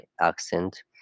accent